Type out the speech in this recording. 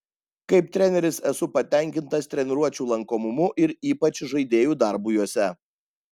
kaip treneris esu patenkintas treniruočių lankomumu ir ypač žaidėjų darbu jose